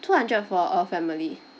two hundred for a family